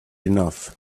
enough